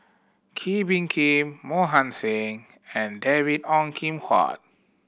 Kee Bee Khim Mohan Singh and David Ong Kim Huat